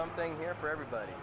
something here for everybody